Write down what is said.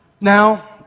Now